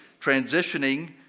transitioning